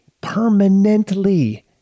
permanently